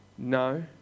No